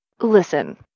Listen